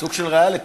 סוג של ריאליטי.